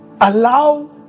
Allow